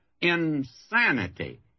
insanity